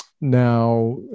Now